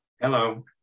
Hello